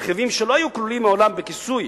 רכיבים שלא היו כלולים מעולם בכיסוי